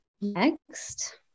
Next